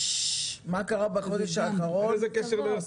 מה קרה בחודש האחרון -- אין לזה קשר לאיירסופט.